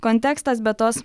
kontekstas bet tos